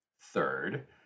Third